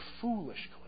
foolish